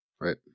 Right